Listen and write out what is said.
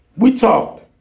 we talked.